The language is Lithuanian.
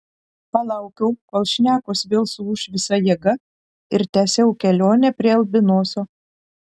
palaukiau kol šnekos vėl suūš visa jėga ir tęsiau kelionę prie albinoso